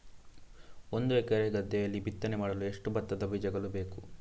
ಒಂದು ಎಕರೆ ಗದ್ದೆಯಲ್ಲಿ ಬಿತ್ತನೆ ಮಾಡಲು ಎಷ್ಟು ಭತ್ತದ ಬೀಜಗಳು ಬೇಕು?